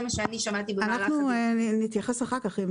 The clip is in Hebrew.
אנחנו נתייחס אחר כך.